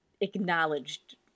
acknowledged